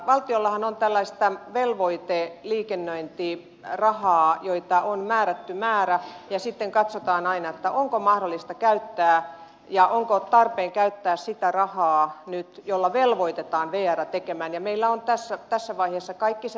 valtiollahan on tällaista velvoiteliikennöintirahaa jota on määrätty määrä ja sitten katsotaan aina onko mahdollista käyttää ja onko tarpeen käyttää nyt sitä rahaa jolla velvoitetaan vr toimimaan ja meillä on tässä vaiheessa kaikki se raha käytetty